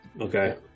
okay